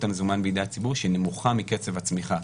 המזומן בידי הציבור שנמוכה מקצב הצמיחה.